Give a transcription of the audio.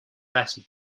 better